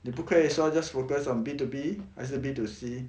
你不可以说 just focus on B two B 还是 B two C